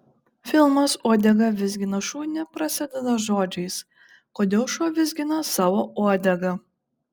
filmas uodega vizgina šunį prasideda žodžiais kodėl šuo vizgina savo uodegą